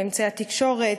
על אמצעי התקשורת,